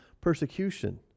persecution